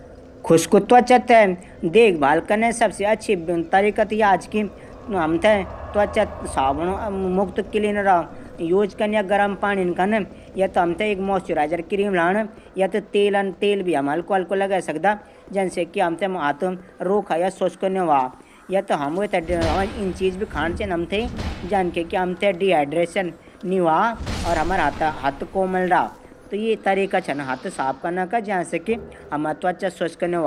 खुष्क त्वचा देखभाल कना सबसे अचछू तरीका हमथै साबुन मुक्त क्लीनर प्रयोग कन चैंद। या त हमथै मासचराइजर क्रीम लगाण चैंद और तेल मालिश भी कै सकदा। ज्याः से हथ खुटा खुसखुसा नी हो। और इन चीज खाणू चैंदू ज्यान. हमथे डिहाइड्रेशन नी हो।